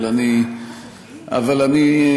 אבל אני,